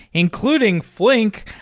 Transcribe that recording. including flink,